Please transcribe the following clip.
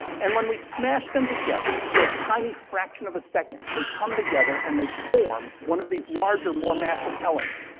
and, when we smash them together, for a tiny fraction of a second, they come together and they form one of these larger, more massive elements.